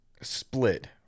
split